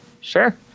Sure